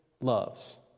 loves